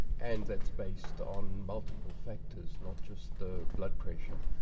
and that's based on multiple factors, not just the blood pressure.